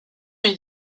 est